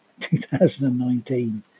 2019